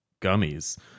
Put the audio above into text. gummies